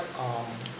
um